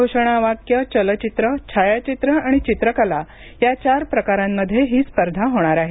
घोषणावाक्य चलचित्र छायाचित्र आणि चित्रकला या चार प्रकारांमध्ये ही स्पर्धा होणार आहे